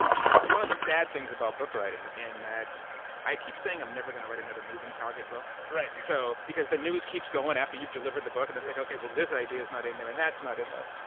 it's one of the sad things about book writing, in that i keep saying, i'm never going to write another moving target book. so because the news keeps going after you've delivered the book and it's like, okay, well this idea is not in there and that's not in there.